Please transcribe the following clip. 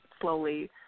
slowly